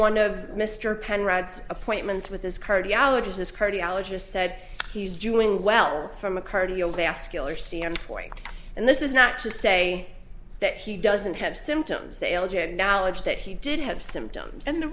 one of mr penrod's appointments with his cardiologist his cardiologist said he's doing well from a cardiovascular standpoint and this is not to say that he doesn't have symptoms they are knowledge that he did have symptoms and the